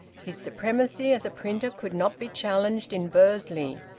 his supremacy as a printer could not be challenged in bursley.